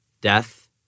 death